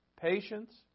patience